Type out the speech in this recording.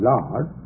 Lord